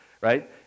right